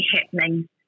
happening